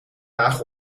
laag